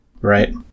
Right